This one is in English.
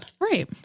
Right